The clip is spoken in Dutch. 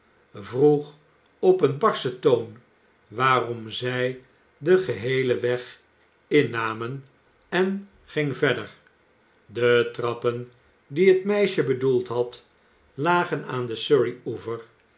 vroeg op een barschen toon waarom zij den geheelen weg innamen en ging verder de trappen die het meisje bedoeld had lagen aan de surrey oever